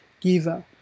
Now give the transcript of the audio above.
giver